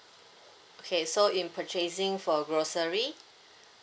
okay so in purchasing for grocery